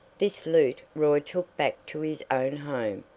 this loot roy took back to his own home,